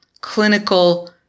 clinical